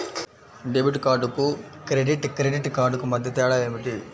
Debit కార్డుకు credit credit కార్డుకు మధ్య తేడా ఏమిటీ?